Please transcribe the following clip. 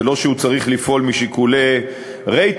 זה לא שהוא צריך לפעול משיקולי רייטינג,